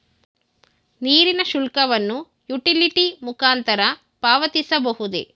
ನೀರಿನ ಶುಲ್ಕವನ್ನು ಯುಟಿಲಿಟಿ ಮುಖಾಂತರ ಪಾವತಿಸಬಹುದೇ?